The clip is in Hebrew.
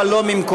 אבל לא ממקומה.